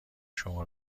شما